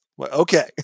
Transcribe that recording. Okay